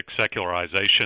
secularization